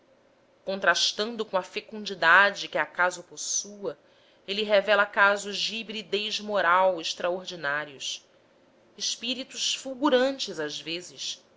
contrastando com a fecundidade que acaso possua ele revela casos de hibridez moral extraordinários espíritos fulgurantes às vezes